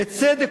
בצדק